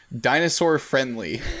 dinosaur-friendly